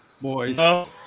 boys